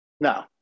no